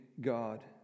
God